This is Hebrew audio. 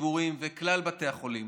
הציבוריים ואת כלל בתי חולים.